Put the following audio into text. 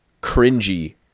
cringy